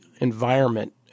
environment